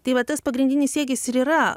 tai va tas pagrindinis siekis ir yra